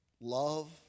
love